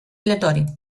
aleatori